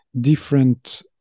different